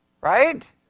Right